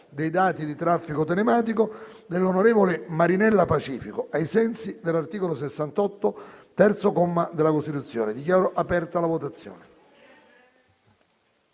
dei dati di traffico telematico dell'onorevole Marinella Pacifico, ai sensi dell'articolo 68, terzo comma, della Costituzione. *(Segue la votazione)*.